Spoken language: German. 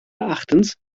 erachtens